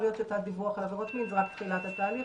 להיות שתת דיווח על עבירות מין זה רק תחילת התהליך